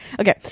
Okay